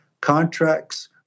Contracts